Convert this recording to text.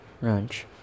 ranch